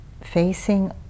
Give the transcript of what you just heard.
facing